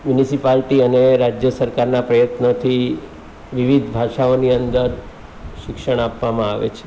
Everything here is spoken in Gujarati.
મ્યુનિસિપાલિટી અને રાજ્ય સરકારના પ્રયત્નોથી વિવિધ ભાષાઓની અંદર શિક્ષણ આપવામાં આવે છે